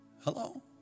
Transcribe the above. Hello